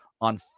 on